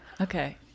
Okay